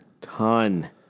ton